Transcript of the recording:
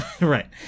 Right